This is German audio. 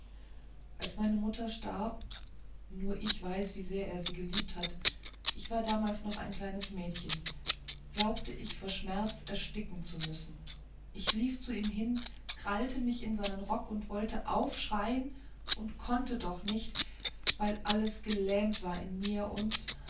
als meine mutter starb nur ich weiß wie er sie geliebt hat ich war damals noch ein kleines mädchen glaubte ich vor schmerz ersticken zu müssen und ich lief zu ihm hin und krallte mich in seinen rock und wollte aufschreien und konnte doch nicht weil alles gelähmt war in mir und